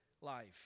life